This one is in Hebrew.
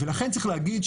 ולכן צריך להגיד,